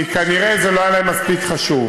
כי כנראה זה לא היה להם מספיק חשוב.